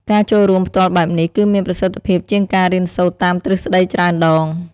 ការចូលរួមផ្ទាល់បែបនេះ គឺមានប្រសិទ្ធភាពជាងការរៀនសូត្រតាមទ្រឹស្តីច្រើនដង។